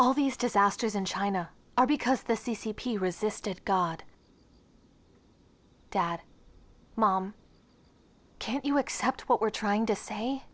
all these disasters in china are because the c c p resisted god dad mom can't you accept what we're trying to say